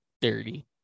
dirty